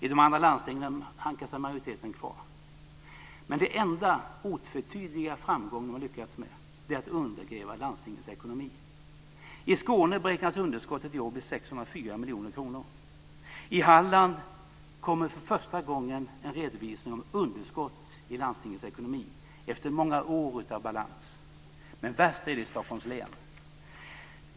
I de andra landstingen hankar sig majoriteten kvar. Men det enda de otvetydigt lyckats med är att undergräva landstingens ekonomi. I Skåne beräknas underskottet i år bli 604 miljoner kronor. I Halland kommer för första gången en redovisning om underskott i landstingets ekonomi efter många år av balans. Men värst är det i Stockholms län.